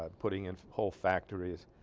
um putting in whole factories